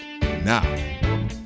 now